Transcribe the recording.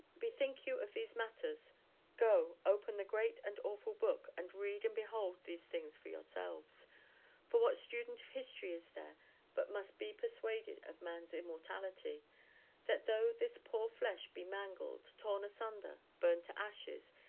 bethink you of these matters go, open the great and awful book, and read and behold these things for yourselves for what student of history is there but must be persuaded of man's immortality that, though this poor flesh be mangled, torn asunder, burned to ashes,